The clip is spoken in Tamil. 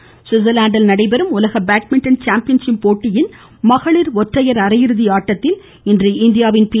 பேட்மிட்டன் சுவிட்சா்லாந்தில் நடைபெறும் உலக பேட்மிட்டன் சாம்பியன் ஷிப் போட்டியில் மகளிா் ஒற்றையா் அரையிறுதி ஆட்டத்தில் இன்று இந்தியாவின் பி